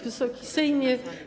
Wysoki Sejmie!